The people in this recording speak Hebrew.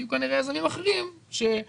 יהיו כנראה יזמים אחרים בסדר?